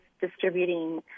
distributing